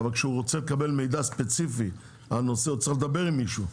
אבל כשהוא רוצה לקבל מידע ספציפי על נושא הוא צריך לדבר עם מישהו.